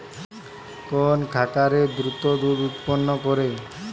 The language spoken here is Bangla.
কোন খাকারে দ্রুত দুধ উৎপন্ন করে?